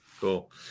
cool